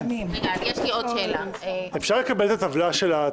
אני רוצה להגדיל את ההלוואה,